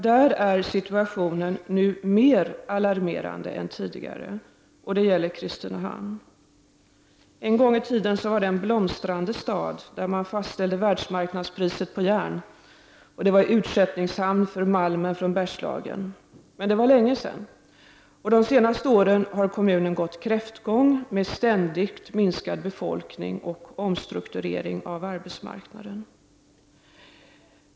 Där är situationen nu mer alarmerande än tidigare. Det gäller Kristinehamn. En gång i tiden var det en blomstrande stad där man fastställde världsmarknadspriset på järn. Staden var utskeppningshamn för malmen från Bergslagen. Men det var länge sedan. De senaste åren har kommunen gått en kräftgång med ständigt minskad befolkning och omstrukturering av arbetsmarknaden.